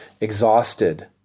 exhausted